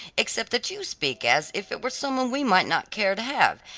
except that you speak as if it were some one we might not care to have,